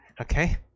Okay